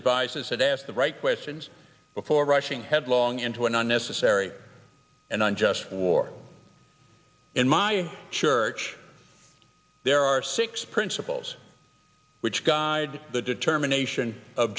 advisors had asked the right questions before rushing headlong into an unnecessary and unjust war in my church there are six principles which guide the determination